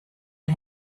les